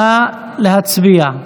נא להצביע.